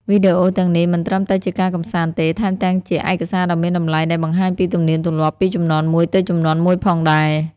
វីដេអូទាំងនេះមិនត្រឹមតែជាការកម្សាន្តទេ ថែមទាំងជាឯកសារដ៏មានតម្លៃដែលបង្ហាញពីទំនៀមទម្លាប់ពីជំនាន់មួយទៅជំនាន់មួយផងដែរ។